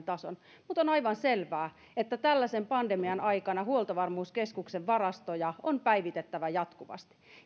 tason mutta on aivan selvää että tällaisen pandemian aikana huoltovarmuuskeskuksen varastoja on päivitettävä jatkuvasti